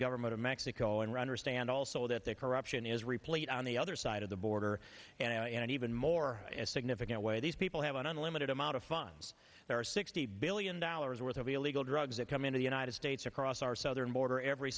government of mexico and runner stand also that the corruption is replete on the other side of the border and in an even more significant way these people have an unlimited amount of funds there are sixty billion dollars worth of illegal drugs that come into the united states across our southern border every